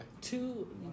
Two